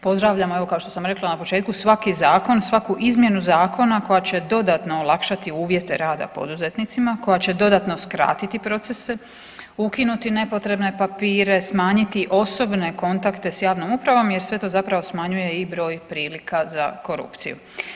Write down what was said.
Pozdravljam evo kao što sam rekla na početku svaki zakon, svaku izmjenu zakona koja će dodatno olakšati uvjete rada poduzetnicima, koja će dodatno skratiti procese, ukinuti nepotrebne papire, smanjiti osobne kontakte s javnom upravom jer sve to zapravo smanjuje i broj prilika za korupciju.